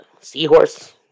seahorse